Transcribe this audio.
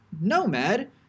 nomad